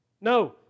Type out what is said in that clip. No